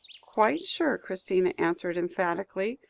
quite sure, christina answered emphatically.